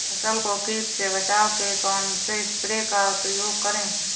फसल को कीट से बचाव के कौनसे स्प्रे का प्रयोग करें?